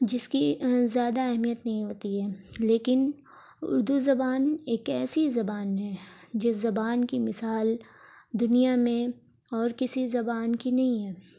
جس کی زیادہ اہمیت نہیں ہوتی ہے لیكن اردو زبان ایک ایسی زبان ہے جس زبان کی مثال دنیا میں اور کسی زبان کی نہیں ہے